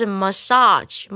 massage